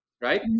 right